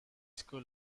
school